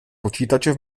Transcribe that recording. počítače